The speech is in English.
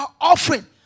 offering